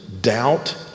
doubt